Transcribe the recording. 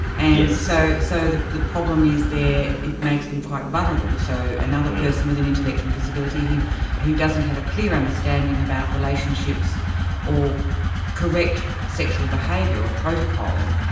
and so so the the problem is there, it makes them quite vulnerable, so another person with an intellectual disability who who doesn't have a clear understanding about relationships or correct sexual behaviour or protocol,